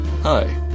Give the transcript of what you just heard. Hi